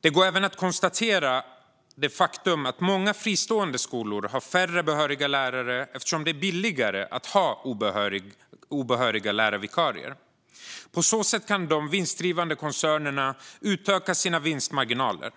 Det går även att konstatera faktum att många fristående skolor har färre behöriga lärare, eftersom det är billigare att ha obehöriga lärarvikarier. På så sätt kan de vinstdrivande koncernerna utöka sina vinstmarginaler.